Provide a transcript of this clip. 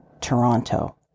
Toronto